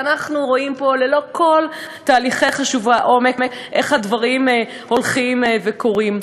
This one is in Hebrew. ואנחנו רואים פה ללא כל תהליכי חשיבת עומק איך הדברים הולכים וקורים.